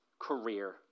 career